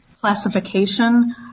classification